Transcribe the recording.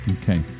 Okay